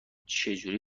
چجوری